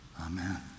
Amen